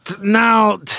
Now